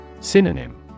Synonym